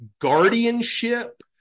guardianship